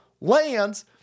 Lands